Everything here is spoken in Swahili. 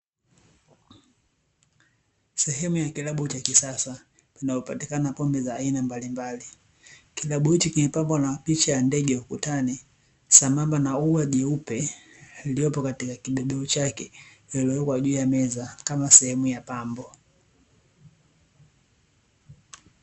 Sehemu ya kilabu cha kisasa inayopatikana pombe za aina mbalimbali kilabu hicho kimepambwa na wapicha ya ndege ukutani sambamba na ua jeupe lililopo katika kibebeo chake lililowekwa juu ya meza kama sehemu ya pambo.